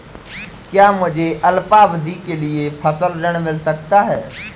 क्या मुझे अल्पावधि के लिए फसल ऋण मिल सकता है?